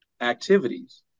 activities